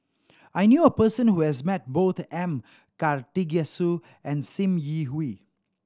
I knew a person who has met both M Karthigesu and Sim Yi Hui